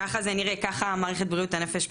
ככה זה נראה, ככה מערכת בריאות הנפש פועלת.